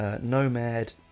Nomad